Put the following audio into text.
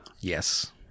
yes